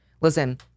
Listen